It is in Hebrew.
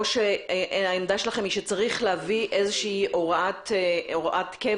או שהעמדה שלכם היא שצריך להביא איזושהי הוראת קבע.